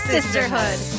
Sisterhood